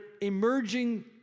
emerging